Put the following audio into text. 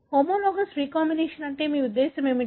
homologous recombination అంటే మీ ఉద్దేశ్యం ఏమిటి